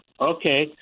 Okay